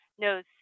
knows